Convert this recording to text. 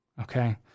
Okay